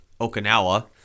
Okinawa